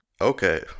Okay